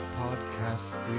podcast